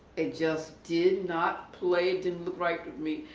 it just did not play, didn't look right to me.